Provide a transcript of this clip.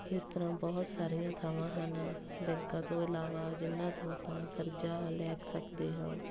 ਇਸ ਤਰ੍ਹਾਂ ਬਹੁਤ ਸਾਰੀਆਂ ਥਾਵਾਂ ਹਨ ਬੈਂਕਾਂ ਤੋਂ ਇਲਾਵਾ ਜਿਨ੍ਹਾਂ ਤੋਂ ਆਪਾਂ ਕਰਜ਼ਾ ਲੈ ਕ ਸਕਦੇ ਹਾਂ